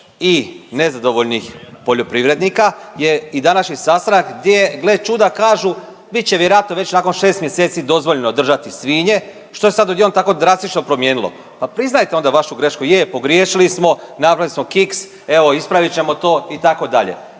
i nezadovoljnih poljoprivrednika je i današnji sastanak, gdje je gle čuda kažu bit će vjerojatno već nakon 6 mjeseci dozvoljeno držati svinje. Što se sad odjednom tako drastično promijenilo. Pa priznajte onda vašu grešku, je pogriješili smo, napravili smo kiks, evo ispravit ćemo to itd.